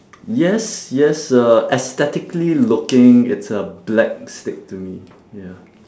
yes yes uh aesthetically looking it's a black stick to me ya